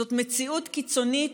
זאת מציאות קיצונית,